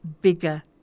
bigger